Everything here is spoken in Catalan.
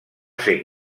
ser